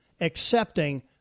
accepting